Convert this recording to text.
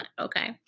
Okay